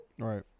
right